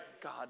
God